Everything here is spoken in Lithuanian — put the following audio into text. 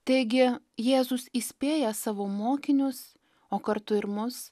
taigi jėzus įspėja savo mokinius o kartu ir mus